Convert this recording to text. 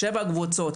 שבע קבוצות,